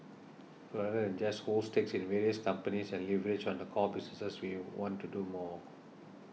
other than and just hold stakes in various companies and leverage on the core businesses we want to do more